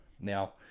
Now